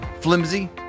flimsy